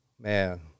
man